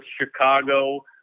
Chicago